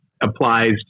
applies